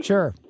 Sure